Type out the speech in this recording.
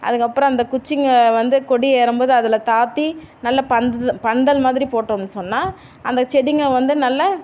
அதுக்கு அப்புறம் இந்த குச்சிங்க வந்து கொடி ஏறும் போது அதில் தாழ்த்தி நல்ல பந்தல் பந்தல் மாதிரி போட்டோம்னு சொன்னால் அந்த செடிங்கள் வந்து நல்லா